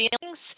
feelings